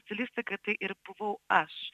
stilistika tai ir buvau aš